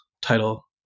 title